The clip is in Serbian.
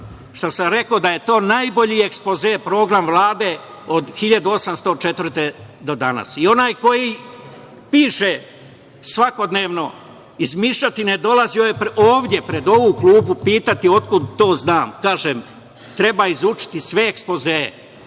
što sam rekao da je to najbolji ekspoze, program Vlade od 1804. godine do danas i onaj koji piše svakodnevno izmišljotine, dolazi ovde pred ovu klupu i pita otkud znam. Kažem, treba izučiti sve ekspozee,